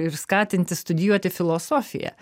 ir skatinti studijuoti filosofiją